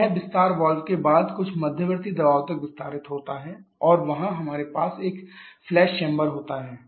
तो यह विस्तार वाल्व के बाद कुछ मध्यवर्ती दबाव तक विस्तारित होता है और वहां हमारे पास एक फ्लैश चैंबर होता है